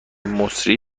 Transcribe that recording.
مسری